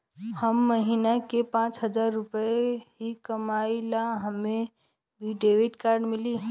हम महीना में पाँच हजार रुपया ही कमाई ला हमे भी डेबिट कार्ड मिली?